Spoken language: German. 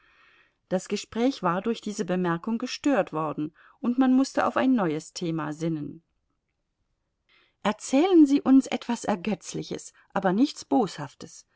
das gespräch war durch diese bemerkung gestört worden und man mußte auf ein neues thema sinnen erzählen sie uns etwas ergötzliches aber nichts boshaftes